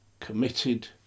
committed